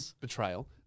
betrayal